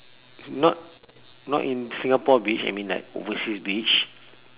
not not in Singapore beach I mean like overseas beach